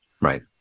Right